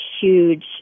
huge